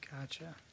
Gotcha